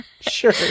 Sure